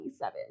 27